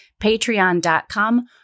patreon.com